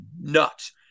nuts